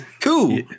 cool